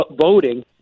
voting